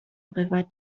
river